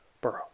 Burrow